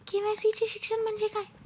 KYC चे शिक्षण म्हणजे काय?